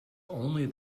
only